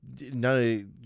no